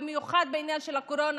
במיוחד בעניין הקורונה,